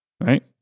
right